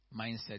mindset